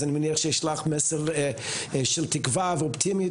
אז אני מניח שיש לך מסר של תקווה ואופטימיות.